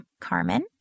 Carmen